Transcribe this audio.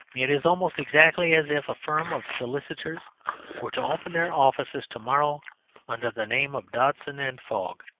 it is almost exactly as if a firm of solicitors were to open their offices to-morrow under the name of dodson and fogg.